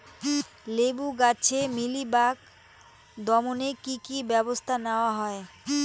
লেবু গাছে মিলিবাগ দমনে কী কী ব্যবস্থা নেওয়া হয়?